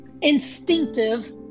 instinctive